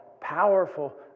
powerful